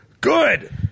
good